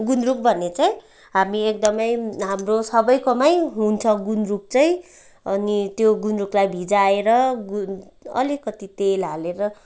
गुन्द्रुक भन्ने चाहिँ हामी एकदमै हाम्रो सबैकोमै हुन्छ गुन्द्रुक चाहिँ अनि त्यो गुन्द्रुकलाई भिजाएर गुन् अलिकति तेल हालेर